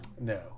No